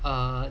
err